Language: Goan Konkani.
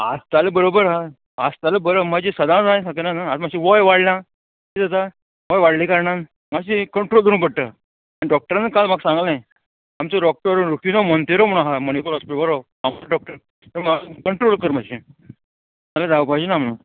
आसताले बरोबर आहा आसताले बरो मात्शी सदांच जाय शकना न्हू आतां मात्शी वोय वाडला किदें जाता वोय वाडल्या कारणान मातशी कंट्रोल करूं पडटा आनी डॉक्टरान काल म्हाका सांगलें आमचो डॉक्टर रुशीनो मोंतेरो म्हण आहा मणिपाल हॉस्पिटल बरो डॉक्टर कंट्रोल कर मात्शें नाल्या जावपाचें ना म्हणून